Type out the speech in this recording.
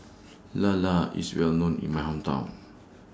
Lala IS Well known in My Hometown